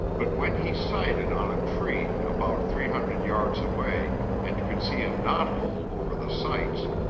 but when he sighted on a tree about three hundred yards away and could see a knothole over the sights,